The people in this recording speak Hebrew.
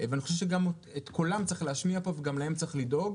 ואני חושב שגם את קולם צריך להשמיע פה וגם להם צריך לדאוג.